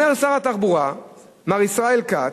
אומר שר התחבורה מר ישראל כץ,